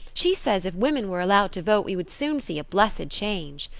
she says if women were allowed to vote we would soon see a blessed change.